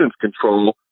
control